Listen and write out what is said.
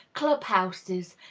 club-houses,